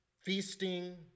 feasting